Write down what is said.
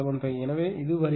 75 எனவே இது வருகிறது 373